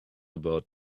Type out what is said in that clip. about